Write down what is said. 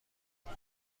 کمک